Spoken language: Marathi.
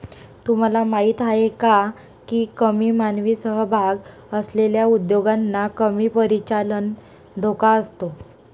तुम्हाला माहीत आहे का की कमी मानवी सहभाग असलेल्या उद्योगांना कमी परिचालन धोका असतो?